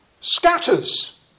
scatters